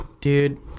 dude